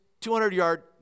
200-yard